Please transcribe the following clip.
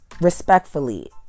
Respectfully